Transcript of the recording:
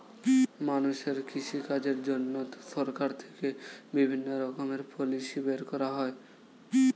মানুষের কৃষি কাজের জন্য সরকার থেকে বিভিন্ন রকমের পলিসি বের করা হয়